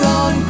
on